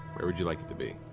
where would you like it to be?